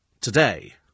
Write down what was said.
today